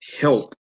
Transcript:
help